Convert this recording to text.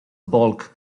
bulk